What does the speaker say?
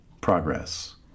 progress